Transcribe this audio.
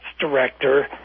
director